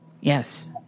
Yes